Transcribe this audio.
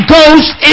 Ghost